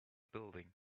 building